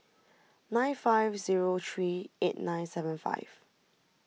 nine five zero three eight nine seven five